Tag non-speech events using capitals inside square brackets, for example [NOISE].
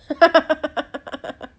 [LAUGHS]